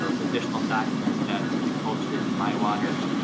those additional documents that will be posted in miwaters.